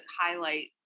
highlight